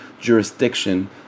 jurisdiction